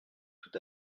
tout